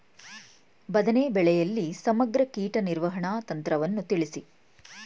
ಬದನೆ ಬೆಳೆಯಲ್ಲಿ ಸಮಗ್ರ ಕೀಟ ನಿರ್ವಹಣಾ ತಂತ್ರವನ್ನು ತಿಳಿಸಿ?